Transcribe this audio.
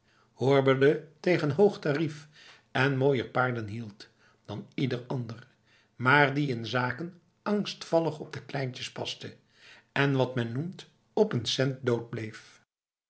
hoorberde tegen hoog tarief en mooier paarden hield dan ieder ander maar die in zaken angstvallig op de kleintjes paste en wat men noemt op n